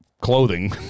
clothing